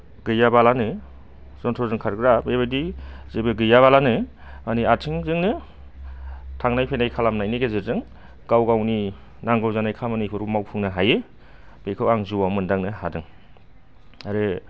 गैयाबालानो जन्थ्र'जों खारग्रा बेबायदि जेबो गैयाबालानो गावनि आथिंजोंनो थांनाय फैनाय खालामनायनि गेजेरजों गाव गावनि नांगौ जानाय खामानिफोरखौ मावफुंनो हायो बेखौ आङो जिउआव मोन्दांनो हादों आरो